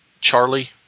Charlie